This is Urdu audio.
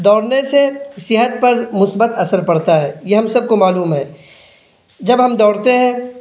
دوڑنے سے صحت پر مثبت اثر پڑتا ہے یہ ہم سب کو معلوم ہے جب ہم دوڑتے ہیں